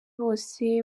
bose